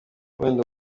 wenda